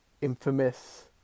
infamous